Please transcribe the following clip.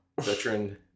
veteran